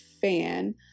fan